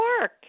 work